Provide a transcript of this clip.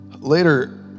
later